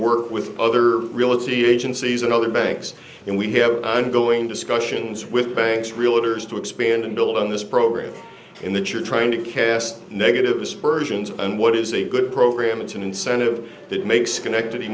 work with other reality agencies and other banks and we have going discussions with banks realtors to expand and build on this program in that you're trying to care negative aspersions on what is a good program it's an incentive that makes schenectady